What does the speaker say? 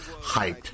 hyped